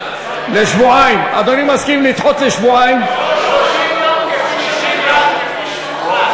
אם סגן שר האוצר יסכים, סגן שר האוצר מסכים.